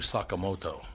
Sakamoto